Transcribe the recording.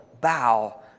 bow